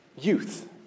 youth